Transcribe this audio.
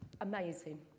amazing